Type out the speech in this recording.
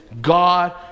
God